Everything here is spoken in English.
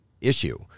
issue